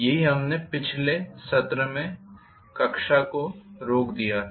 यही हमने पिछले सत्र में कक्षा को रोक दिया था